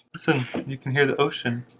so you can hear the ocean